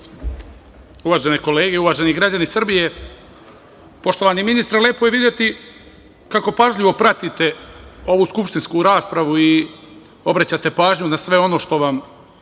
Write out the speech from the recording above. kolege, uvaženi građani Srbije, poštovani ministre, lepo je videti kako pažljivo pratite ovu skupštinsku raspravu i obraćate pažnju na sve ono što vam